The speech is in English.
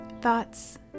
Thoughts